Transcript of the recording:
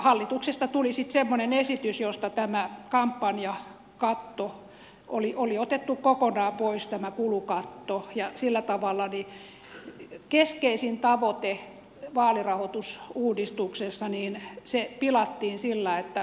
hallituksesta tuli sitten semmoinen esitys josta tämä kampanjakatto oli otettu kokonaan pois tämä kulukatto ja sillä tavalla keskeisin tavoite vaalirahoitusuudistuksessa pilattiin sillä että otettiin se katto pois sieltä